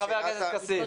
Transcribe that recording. ההבהרה.